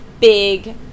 big